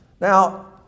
Now